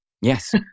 Yes